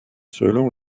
selon